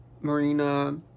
Marina